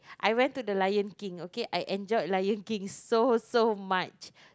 I went to the Lion-King okay I enjoyed Lion-King so so much